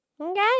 Okay